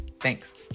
Thanks